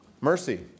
Mercy